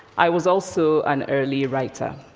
i was also an early writer,